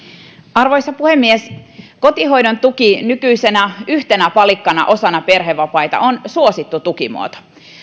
arvoisa puhemies kotihoidon tuki nykyisenä yhtenä palikkana osana perhevapaita on suosittu tukimuoto